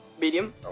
Medium